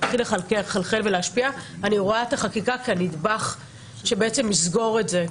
אני רואה את החקיקה כנדבך שיסגור את זה,